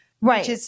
Right